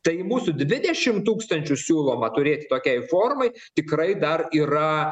tai mūsų dvidešimt tūkstančių siūloma turėti tokiai formai tikrai dar yra